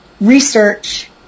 research